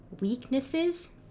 weaknesses